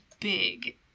Big